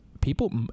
people